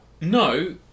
No